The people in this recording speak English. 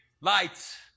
lights